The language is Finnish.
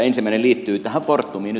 ensimmäinen liittyy fortumiin